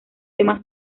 temas